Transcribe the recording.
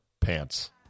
pants